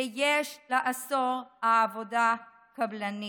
ויש לאסור עבודה קבלנית,